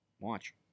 Watch